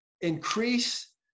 increase